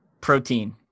protein